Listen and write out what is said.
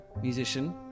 musician